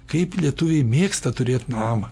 kaip lietuviai mėgsta turėt namą